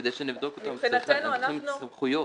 כדי שנבדוק את הגמ"חים צריך להפעיל סמכויות.